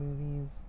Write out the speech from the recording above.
movies